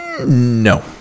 No